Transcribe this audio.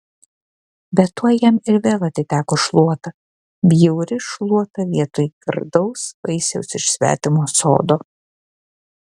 bet tuoj jam ir vėl atiteko šluota bjauri šluota vietoj gardaus vaisiaus iš svetimo sodo